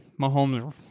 Mahomes